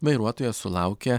vairuotojas sulaukė